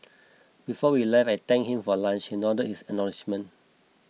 before we left I thanked him for lunch he nodded his acknowledgement